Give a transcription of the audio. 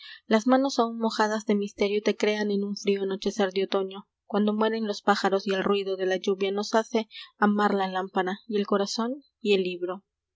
las manos aun mojadas de misterio le crean en un frío anochecer de otoño cuando mueren los pájaros y el ruido je la lluvia nos hace amar la lámpara el corazón y el libro